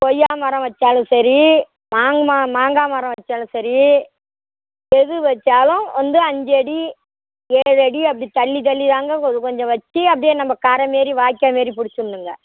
கொய்யா மரம் வெச்சாலும் சரி மாங்மா மாங்காய் மரம் வெச்சாலும் சரி எது வெச்சாலும் வந்து அஞ்சு அடி ஏழு அடி அப்படி தள்ளி தள்ளி தாங்க கொஞ்சம் கொஞ்சம் வெச்சு அப்படியே நம்ம கரை மாரி வாய்க்கால் மாரி பிடிச்சிட்ணுங்க